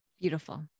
Beautiful